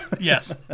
Yes